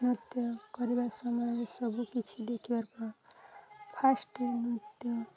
ନୃତ୍ୟ କରିବା ସମୟରେ ସବୁ କିଛି ଦେଖିବାର ଫାର୍ଷ୍ଟ ନୃତ୍ୟ